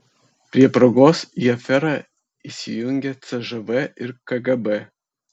prie progos į aferą įsijungia cžv ir kgb